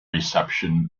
reception